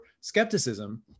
skepticism